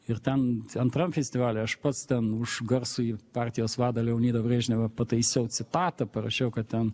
ir ten antram festivaly aš pats ten už garsųjį partijos vadą leonidą brežnevą pataisiau citatą parašiau kad ten